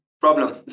problem